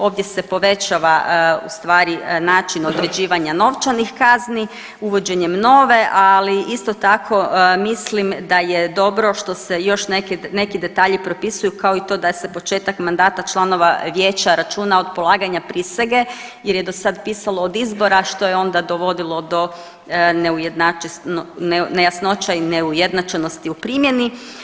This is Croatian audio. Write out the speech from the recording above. Ovdje se povećava u stvari način određivanja novčanih kazni uvođenjem nove, ali isto tako mislim da je dobro što se još neke, neki detalji propisuju kao i to da se početak mandata članova vijeća računa od polaganja prisege jer je dosada pisalo od izbora što je onda dovodilo do neujednačenosti, nejasnoća i neujednačenosti u primjeni.